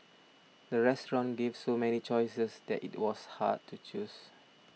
the restaurant gave so many choices that it was hard to choose